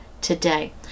today